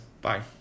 Bye